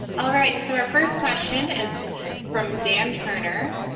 all right so our first question is from dan turner,